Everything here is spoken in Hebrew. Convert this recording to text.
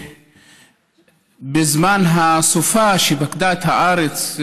זמן הסופה שפקדה את הארץ,